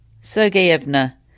Sergeyevna